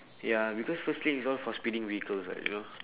ya because first lane is all for speeding vehicles [what] you know